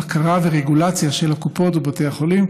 בקרה ורגולציה של הקופות ובתי החולים,